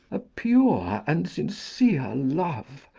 a pure and sincere love,